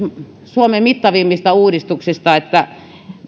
suomen mittavimmista uudistuksista